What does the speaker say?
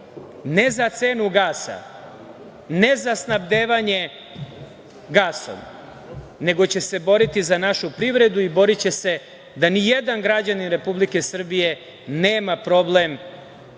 ne za cenu gasa, ne za snabdevanje gasom, nego će se boriti za našu privredu i boriće se da nijedan građanin Republike Srbije nema problem